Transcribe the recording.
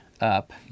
up